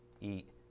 eat